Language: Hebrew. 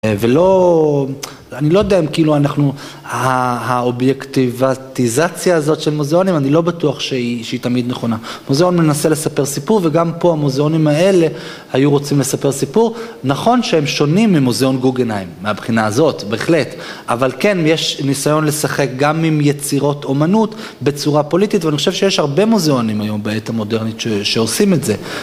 ולא, אני לא יודע אם כאילו אנחנו, האובייקטיבטיזציה הזאת של מוזיאונים, אני לא בטוח שהיא תמיד נכונה. מוזיאון מנסה לספר סיפור וגם פה המוזיאונים האלה היו רוצים לספר סיפור. נכון שהם שונים ממוזיאון גוגנהיים, מהבחינה הזאת, בהחלט. אבל כן, יש ניסיון לשחק גם עם יצירות אומנות בצורה פוליטית ואני חושב שיש הרבה מוזיאונים היום בעת המודרנית שעושים את זה.